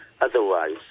otherwise